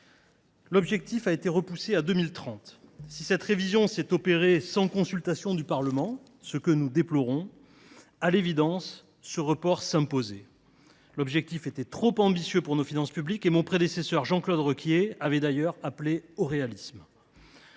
objectif a été repoussé à 2030. Si cette révision s’est opérée sans consultation du Parlement – nous le déplorons –, il était évident qu’un tel report s’imposait. L’objectif était trop ambitieux pour nos finances publiques et mon prédécesseur, Jean Claude Requier, avait d’ailleurs appelé au réalisme.